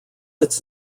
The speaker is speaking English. its